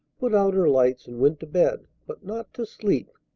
put out her lights, and went to bed, but not to sleep.